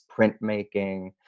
printmaking